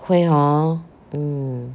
会 hor mm